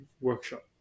workshop